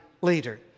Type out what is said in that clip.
later